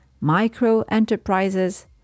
micro-enterprises